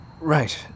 Right